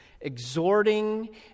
exhorting